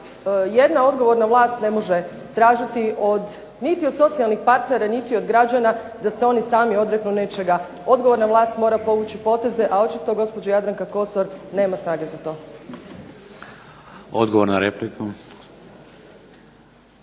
jedna odgovorna vlast ne može tražiti niti od socijalnih partnera niti od građana da se oni sami odreknu nečega. Odgovorna vlast mora povući poteze, a očito gospođa Jadranka Kosor nema snage za to. **Šeks,